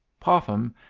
popham,